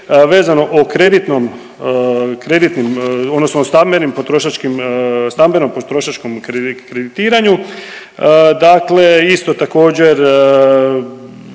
vezano o kreditnom, kreditnim odnosno o stambenim potrošačkih, stambenom potrošačkom kreditiranju. Dakle, isto također